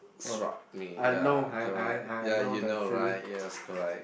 struck me ya correct ya you know right yes correct